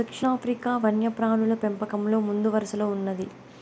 దక్షిణాఫ్రికా వన్యప్రాణుల పెంపకంలో ముందువరసలో ఉంది